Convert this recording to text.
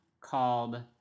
called